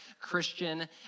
Christian